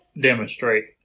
demonstrate